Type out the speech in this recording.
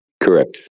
correct